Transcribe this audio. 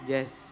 Yes